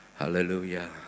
Hallelujah